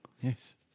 Yes